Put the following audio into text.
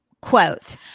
quote